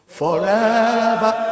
forever